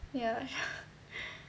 ya ya